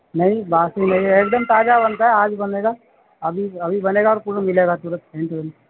نہیں باسی نہیں ہے ایک دم تازہ بنتا ہے آج بھی بنے گا ابھی ابھی بنے گا اور تُرنت مِلے گا تُرنت ہینڈ ٹو ہینڈ